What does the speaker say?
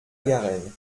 garenne